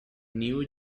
new